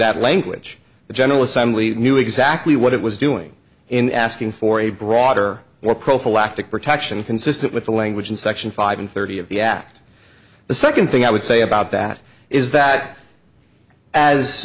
that language the general assembly knew exactly what it was doing in asking for a broader more prophylactic protection consistent with the language in section five and thirty of the act the second thing i would say about that that